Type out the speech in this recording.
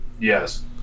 yes